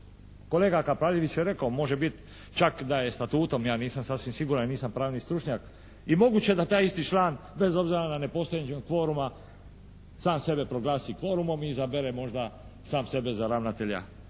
Kolega Kapraljević je rekao. Može biti čak da je Statutom, ja nisam sasvim siguran i nisam pravni stručnjak i moguće da taj isti član bez obzira na nepostojanje kvoruma sam sebe proglasi kvorumom i izabere možda sam sebe za ravnatelja